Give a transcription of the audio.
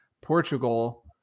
Portugal